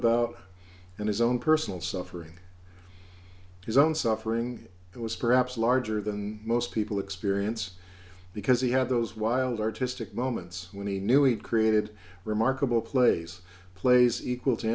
about and his own personal suffering his own suffering it was perhaps larger than most people experience because he had those wild artistic moments when he knew he had created a remarkable place plays equal to